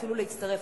אפילו להצטרף,